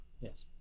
Yes